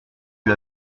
lui